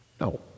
No